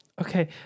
Okay